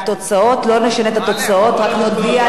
לא נשנה את התוצאות, רק נודיע לפרוטוקול.